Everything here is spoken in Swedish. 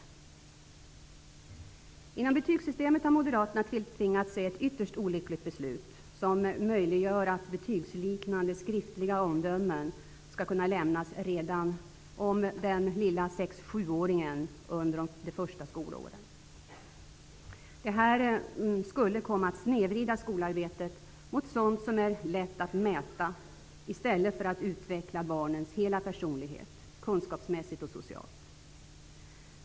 När det gäller betygssystemet har moderaterna tilltvingat sig ett ytterst olyckligt beslut som möjliggör att betygsliknande skriftliga omdömen skall kunna lämnas redan om den lilla 6--7-åringen under det första skolåret. Detta skulle komma att snedvrida skolarbetet mot sådant som är lätt att mäta i stället för att utveckla barnens hela personlighet, kunskapsmässigt och socialt.